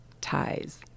ties